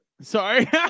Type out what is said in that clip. Sorry